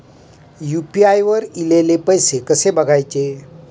UPI वर ईलेले पैसे कसे बघायचे?